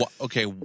Okay